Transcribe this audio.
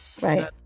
Right